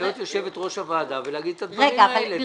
להיות יושבת-ראש הוועדה ולהגיד את הדברים האלה,